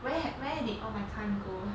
where where did all my time go